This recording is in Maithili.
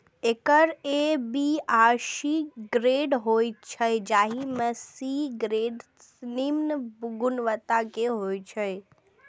एकर ए, बी आ सी ग्रेड होइ छै, जाहि मे सी ग्रेड निम्न गुणवत्ता के होइ छै